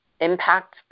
impact